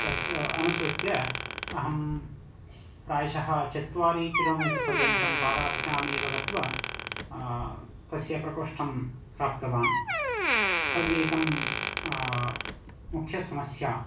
तद् अनुसृत्य अहं प्रायशः चत्वारि किलोमीटर् पर्यन्तं पादाभ्यां एव गत्वा तस्य प्रकोष्टं प्राप्तवान् तदेकं मुख्यसमस्या